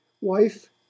wife